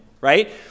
right